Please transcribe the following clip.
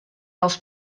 els